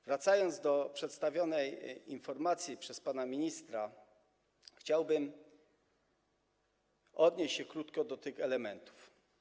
Wracając do przedstawionej informacji przez pana ministra, chciałbym odnieść się krótko do tych elementów.